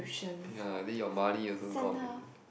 ya then your money also gone already